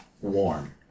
warm